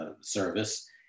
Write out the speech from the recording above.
service